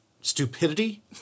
stupidity